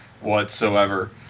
whatsoever